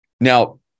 Now